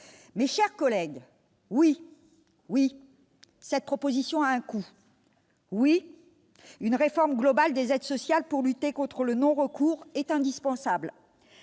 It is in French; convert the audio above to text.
Mes chers collègues, oui, notre proposition de loi a un coût ! Oui, une réforme globale des aides sociales pour lutter contre le non-recours est indispensable